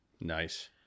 Nice